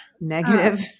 negative